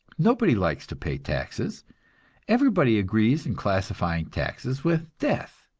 nobody likes to pay taxes everybody agrees in classifying taxes with death.